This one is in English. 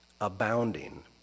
abounding